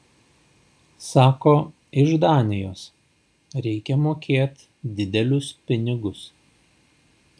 sako iš danijos reikia mokėt didelius pinigus